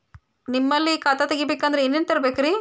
ನಿಮ್ಮಲ್ಲಿ ಖಾತಾ ತೆಗಿಬೇಕಂದ್ರ ಏನೇನ ತರಬೇಕ್ರಿ?